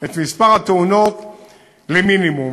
את מספר התאונות למינימום.